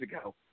ago